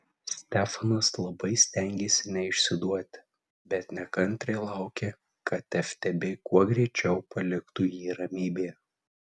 stefanas labai stengėsi neišsiduoti bet nekantriai laukė kad ftb kuo greičiau paliktų jį ramybėje